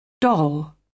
Doll